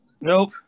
Nope